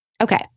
Okay